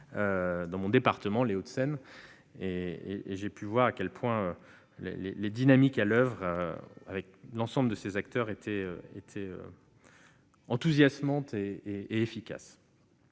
dans mon département des Hauts-de-Seine : j'ai pu voir à quel point les dynamiques à l'oeuvre avec l'ensemble des acteurs concernés étaient enthousiasmantes et efficaces.